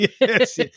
Yes